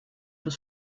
des